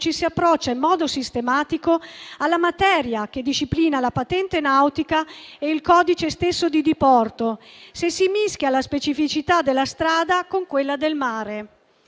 ci si approccia in modo sistematico alla materia che disciplina la patente nautica e il codice stesso di diporto, se si mischia la specificità della strada con quella del mare.